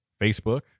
Facebook